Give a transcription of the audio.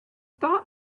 thought